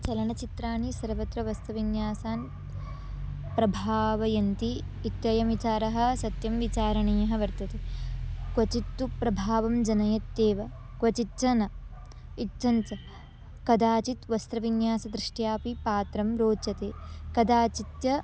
चलनचित्राणि सर्वत्र वस्तु विन्यासान् प्रभावयन्ति इत्थं विचारः सत्यं विचारणीयः वर्तते क्वचित् तु प्रभावं जनयत्येव क्वचित् जन इच्छाञ्च कदाचित् वस्त्रविन्यासं दृष्ट्या अपि पात्रं रोचते कदाचित् च